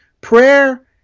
prayer